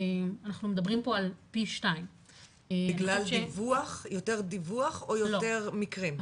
אנחנו מדברים פה על פי 2. בגלל יותר דיווח או יותר מקרים?